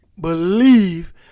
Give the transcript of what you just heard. believe